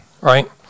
Right